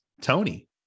Tony